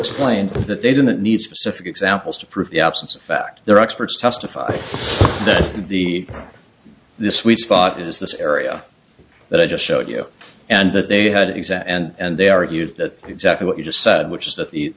explained that they didn't need specific examples to prove the absence of fact their experts testified the this weak spot is this area that i just showed you and that they had an exam and they argued that exactly what you just said which is that the